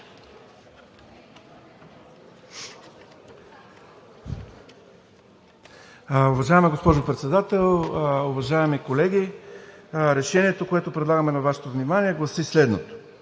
Уважаема госпожо Председател, уважаеми колеги! Решението, което предлагаме на Вашето внимание, гласи следното: